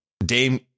Dame